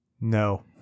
No